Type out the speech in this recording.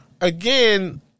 again